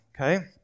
okay